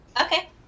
Okay